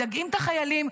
מדכאים את החיילים,